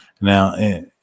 Now